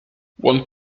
one